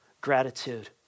gratitude